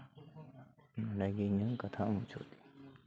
ᱱᱚᱸᱰᱮᱜᱮ ᱤᱧᱟᱹᱜ ᱠᱟᱛᱷᱟ ᱢᱩᱪᱟᱹᱫ ᱫᱟᱹᱧ